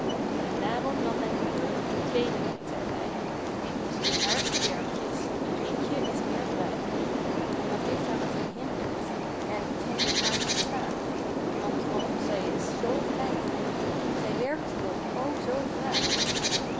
en daarom nam mijn moeder een tweede meid er bij die doet de zwaarste werkjes en grietjen is meer vrij dat heeft haar wat gehinderd en t hindert haar nog staâg want och zij is zoo vlijtig ze werkt toch o zoo graag